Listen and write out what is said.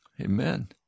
Amen